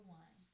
one